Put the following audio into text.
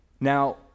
Now